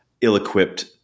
ill-equipped